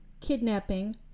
kidnapping